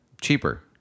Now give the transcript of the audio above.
cheaper